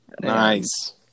Nice